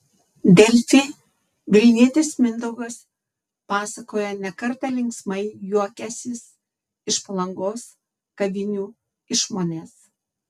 delfi vilnietis mindaugas pasakoja ne kartą linksmai juokęsis iš palangos kavinių išmonės